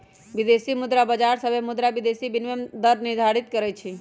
विदेशी मुद्रा बाजार सभे मुद्रा विदेशी विनिमय दर निर्धारित करई छई